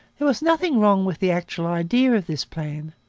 there was nothing wrong with the actual idea of this plan.